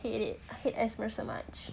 hate it hate asthma so much